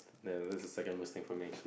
man that's the second worst thing information